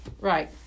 Right